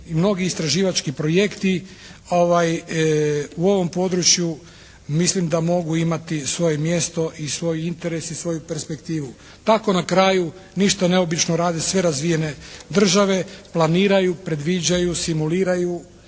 mnogi istraživački projekti u ovom području mislim da mogu imati svoje mjesto i svoj interes i svoju perspektivu. Tako na kraju ništa neobično rade sve razvijene države, planiraju, predviđaju, simuliraju,